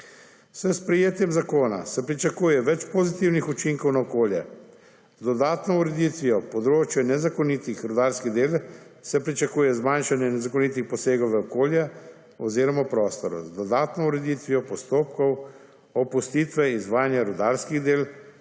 S sprejetjem zakona se pričakuje več pozitivnih učinkov na okolje, dodatno ureditvijo področja nezakonitih rudarskih del se pričakuje zmanjšanje nezakonitih posegov v okolje oziroma v prostor, z dodatno ureditvijo postopkov opustitve izvajanja rudarskih del